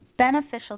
Beneficial